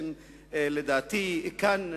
רוצח זה מי שהורשע.